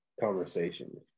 conversations